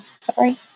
Sorry